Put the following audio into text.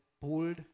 bold